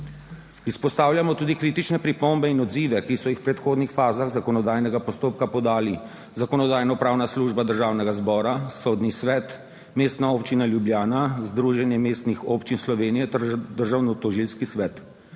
Izpostavljamo tudi kritične pripombe in odzive, ki so jih v predhodnih fazah zakonodajnega postopka podali Zakonodajno-pravna služba Državnega zbora, Sodni svet, Mestna občina Ljubljana, Združenje mestnih občin Slovenije ter Državnotožilski svet.